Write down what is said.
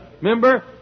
remember